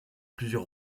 plusieurs